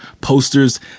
posters